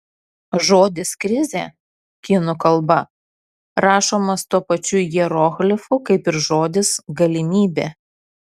žodis krizė kinų kalba rašomas tuo pačiu hieroglifu kaip ir žodis galimybė